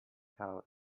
house